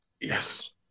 Yes